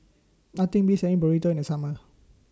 Nothing Beats having Burrito in The Summer